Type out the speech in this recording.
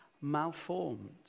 malformed